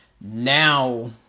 now